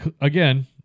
again